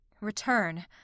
Return